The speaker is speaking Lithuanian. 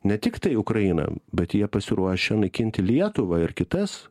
ne tiktai ukrainą bet jie pasiruošę naikinti lietuvą ir kitas